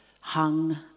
hung